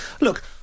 look